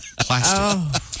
Plastic